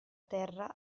terra